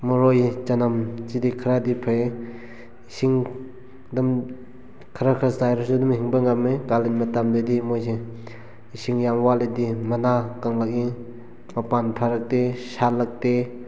ꯃꯔꯣꯏ ꯆꯅꯝ ꯁꯤꯗꯤ ꯈꯔꯗꯤ ꯐꯩꯌꯦ ꯏꯁꯤꯡ ꯑꯗꯨꯝ ꯈꯔ ꯈꯔ ꯆꯥꯏꯔꯁꯨ ꯑꯗꯨꯝ ꯍꯤꯡꯕ ꯉꯝꯃꯤ ꯀꯥꯂꯦꯟ ꯃꯇꯝꯗꯗꯤ ꯃꯣꯏꯁꯦ ꯏꯁꯤꯡ ꯌꯥꯝ ꯋꯥꯠꯂꯗꯤ ꯃꯅꯥ ꯀꯪꯂꯛꯏ ꯃꯄꯥꯟ ꯐꯔꯛꯇꯦ ꯁꯥꯠꯂꯛꯇꯦ